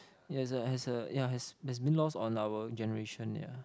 yes a yes a ya has been lost on our generation ya